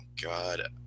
god